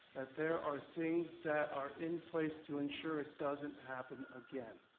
that there are things that are in place to ensure it doesn't happen again.